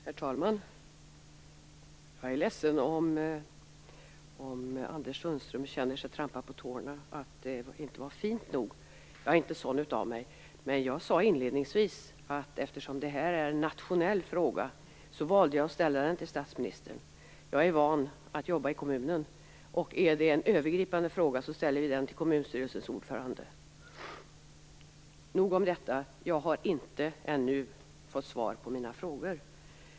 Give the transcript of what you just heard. Herr talman! Jag är ledsen om Anders Sundström känner sig trampad på tårna och att det inte skulle ha varit "fint nog" med honom. Jag är inte sådan av mig. Jag sade inledningsvis att eftersom detta är en nationell fråga valde jag att ställa den till statsministern. Jag är van att jobba kommunalt, och om det är en övergripande fråga ställer vi den till kommunstyrelsens ordförande. Nog om detta. Jag har ännu inte fått svar på mina frågor.